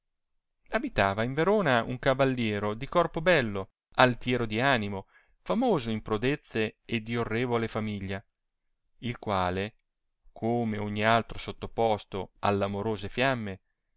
abitava in verona un cavalliero di corpo bello altiero di animo famoso in prodezze e di orrevole famiglia il quale come ogni un altro sottoposto alt amorose fiamme